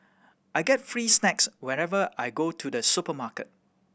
I get free snacks whenever I go to the supermarket